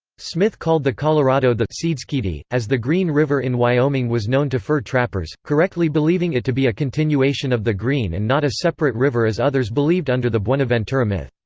smith called the colorado the seedskeedee, as the green river in wyoming was known to fur trappers, correctly believing it to be a continuation of the green and not a separate river as others believed under the buenaventura myth.